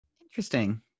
Interesting